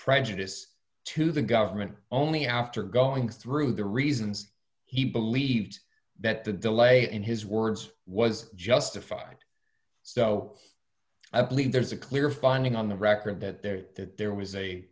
prejudice to the government only after going through the reasons he believed that the delay in his words was justified so i believe there's a clear finding on the record that there that there was a